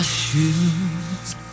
shoes